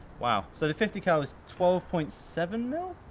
wow, so the fifty cal is twelve point seven mil,